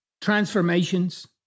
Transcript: transformations